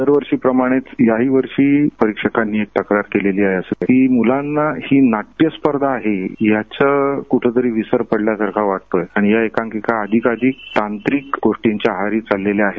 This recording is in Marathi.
दरवर्षीप्रमाणे याहीवर्षी परिक्षकांनी तक्रार केलेली आहे की मुलांना ही नाट्यस्पर्धा आहे याचा कुठेतरी विसर पडल्यासारखा वाटतोय आणि या एकांकिका अधिकाधिक तांत्रिक कृतींच्या आहारी चालल्या आहेत